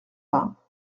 vingts